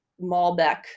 Malbec